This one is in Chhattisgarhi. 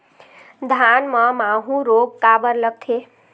धान म माहू रोग काबर लगथे?